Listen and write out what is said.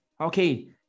okay